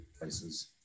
places